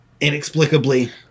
inexplicably